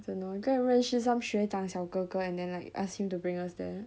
you go and 认识 some 学长小哥哥 and then like ask him to bring us there